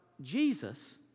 Jesus